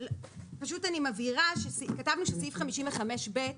פשוט אני מבהירה, כתבנו שסעיף 55(ב)